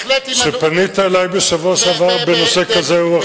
כשפנית אלי בשבוע שעבר בנושא כזה או אחר,